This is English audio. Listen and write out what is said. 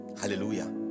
Hallelujah